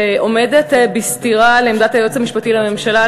שעומדת בסתירה לעמדת היועץ המשפטי לממשלה.